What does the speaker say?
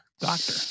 Doctor